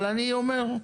אני אומר,